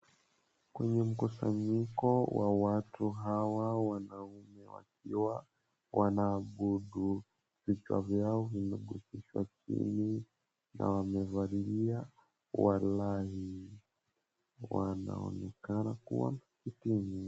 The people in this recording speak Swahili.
Kwenye mkusanyiko wa watu hawa wanaume wakiwa wanaabudu, vichwa vyao vimeguzishwa chini na wamevalia wa laai. Wanaonekana kua kuthubu.